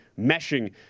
meshing